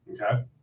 okay